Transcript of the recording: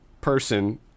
person